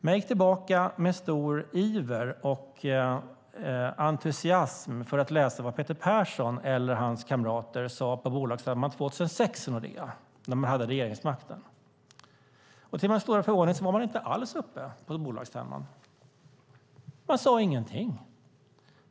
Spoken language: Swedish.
Jag gick tillbaka med stor iver och entusiasm för att läsa vad Peter Persson eller hans kamrater sade på bolagsstämman 2006 i Nordea när de hade regeringsmakten. Till min stora förvåning var man inte alls uppe på bolagsstämman. Man sade ingenting.